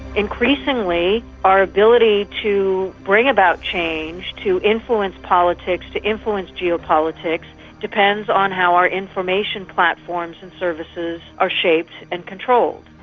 increasingly our ability to bring about change, to influence politics, to influence geopolitics depends on how our information platforms and services are shaped and controlled.